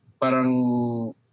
parang